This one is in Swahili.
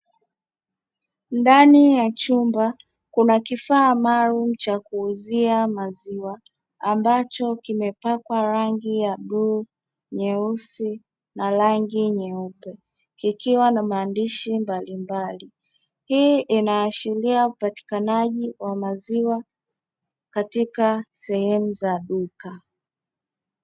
Ndani ya chumba kuna kifaa maalumu cha kuuzia maziwa ambacho kimepakwa rangi ya bluu, nyeusi na rangi nyeupe kikiwa na maandishi mbalimbali, hii inaashiria upatikanaji wa maziwa katika sehemu za duka.